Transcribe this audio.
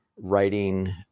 writing